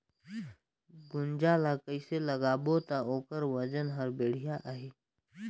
गुनजा ला कइसे लगाबो ता ओकर वजन हर बेडिया आही?